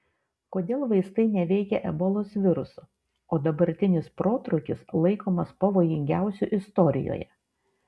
kodėl vaistai neveikia ebolos viruso o dabartinis protrūkis laikomas pavojingiausiu istorijoje